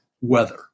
weather